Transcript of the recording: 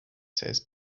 says